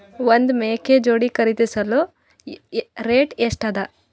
ಒಂದ್ ಮೇಕೆ ಜೋಡಿ ಖರಿದಿಸಲು ರೇಟ್ ಎಷ್ಟ ಅದ?